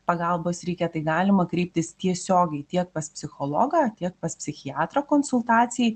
pagalbos reikia tai galima kreiptis tiesiogiai tiek pas psichologą tiek pas psichiatrą konsultacijai